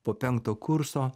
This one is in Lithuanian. po penkto kurso